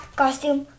costume